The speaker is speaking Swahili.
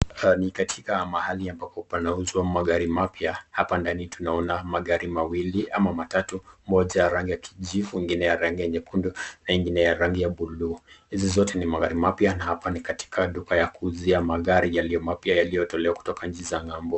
Ni katika mahali ambapo panauzwa magari mapya. Hapa ndani tunaona magari mawili ama matatu moja rangi ya kijivu ngine ya rangi ya nyekundu na ingine ya rangi buluu. Hizi zote ni magari mapya na hapa ni katika uka ya kuuzia magari mapya yaliyotelewa katika nchi za ngambo.